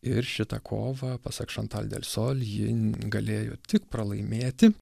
ir šita kova pasak šantal delsol ji galėjo tik pralaimėti